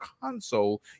console